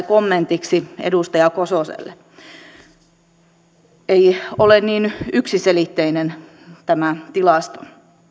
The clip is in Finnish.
kommentiksi edustaja kososelle ei ole niin yksiselitteinen tämä tilasto